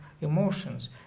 emotions